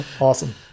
Awesome